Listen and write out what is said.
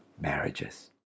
marriages